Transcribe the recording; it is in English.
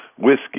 whiskey